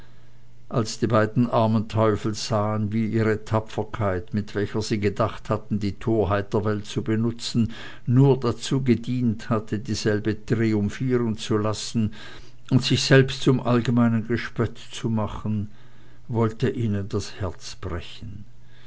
als die beiden armen teufel sahen wie ihre tapferkeit mit welcher sie gedacht hatten die torheit der welt zu benutzen nur dazu gedient hatte dieselbe triumphieren zu lassen und sich selbst zum allgemeinen gespött zu machen wollte ihnen das herz brechen